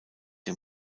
der